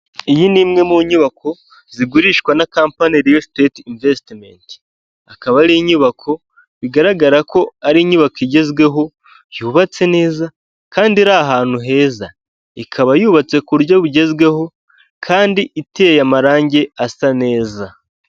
Iyi ni imwe mu nyubako zigurishwa na company real state investament, akaba ari inyubako bigaragarako ari inyubako igezweho yubatse neza kandi iri ahantu heza. Ikaba yubatse ku buryo bugezweho kandi iteye amarangi asa neza.